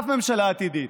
אף ממשלה עתידית,